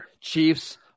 Chiefs